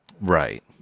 Right